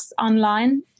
online